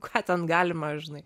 ką ten galima žinai